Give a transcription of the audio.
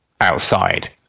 outside